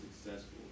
successful